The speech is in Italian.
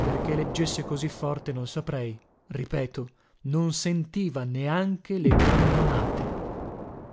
perché leggesse così forte non saprei ripeto non sentiva neanche le cannonate